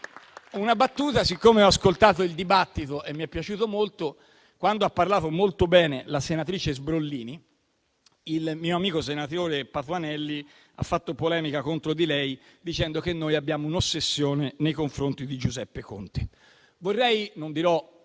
una battuta: siccome ho ascoltato il dibattito e mi è piaciuto molto, quando ha parlato molto bene la senatrice Sbrollini, il mio amico senatore Patuanelli ha fatto polemica contro di lei dicendo che noi abbiamo un'ossessione nei confronti di Giuseppe Conte. Non dirò